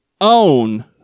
own